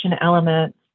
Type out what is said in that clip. element